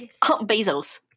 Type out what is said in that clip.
bezos